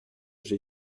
j’ai